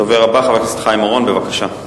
הדובר הבא, חבר הכנסת חיים אורון, בבקשה.